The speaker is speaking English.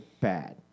bad